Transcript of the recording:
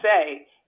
say